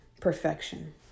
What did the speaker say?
perfection